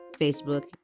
facebook